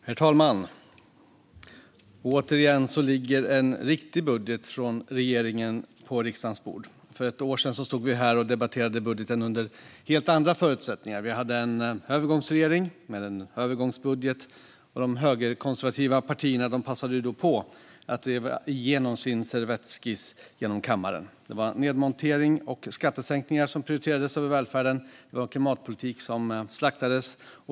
Herr talman! Återigen ligger det en riktig budget från regeringen på riksdagens bord! För ett år sen stod vi här och debatterade budgeten under helt andra förutsättningar. Vi hade en övergångsregering med en övergångsbudget, och de högerkonservativa partierna passade då på att driva igenom sin servettskiss i kammaren. Nedmontering och skattesänkningar prioriterades framför välfärden. Klimatpolitik slaktades.